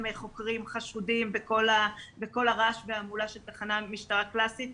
חוקרים חשודים בכל הרעש וההמולה של תחנת משטרה קלאסית,